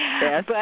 yes